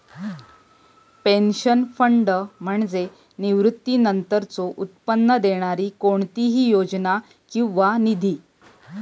pension fund म्हणजे निवृत्तीनंतरचो उत्पन्न देणारी कोणतीही योजना किंवा निधी